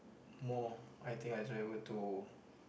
more I think I travel to